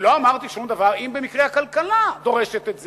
ולא אמרתי שום דבר אם במקרה הכלכלה דורשת את זה,